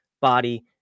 body